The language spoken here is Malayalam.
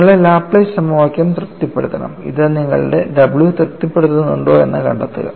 നിങ്ങളുടെ ലാപ്ലേസ് സമവാക്യം തൃപ്തിപ്പെടുത്തണം ഇത് നിങ്ങളുടെ w തൃപ്തിപ്പെടുത്തുന്നുണ്ടോയെന്ന് കണ്ടെത്തുക